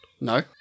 No